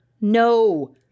no